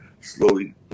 slowly